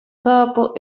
capo